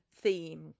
theme